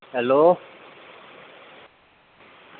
hello